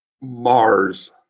Mars